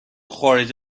خارج